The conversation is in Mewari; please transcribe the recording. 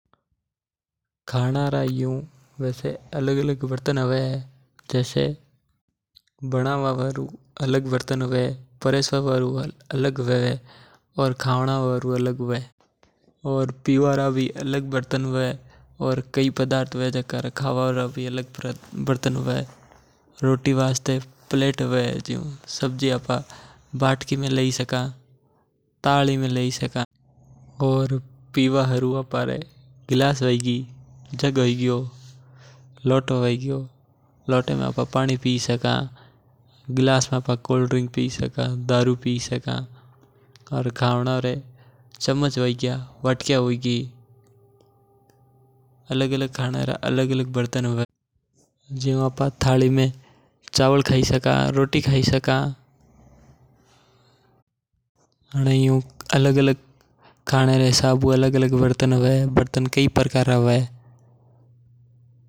खाना रे अलग-अलग बर्तन हवे जैसे बनवा हारू अलग बर्तन हवे खावा हारू अलग बर्तन हवे और परोसवा हारू अलग हवे। और पीवा हारू अलग बर्तन हवे और खानवा रा काई अलग बर्तन हवे। जैसे की रोटी हारू प्लेट हवे समझी हारू वाटकी हवे पानी पीवा हारू गिलास हवे। अलग-अलग खाना रा अलग अलग बर्तन हवे जैसे चावल खावा हारू चमच हवे बनवा हारू कदलियो हवे रोटी बनवा हारू तवे हवे।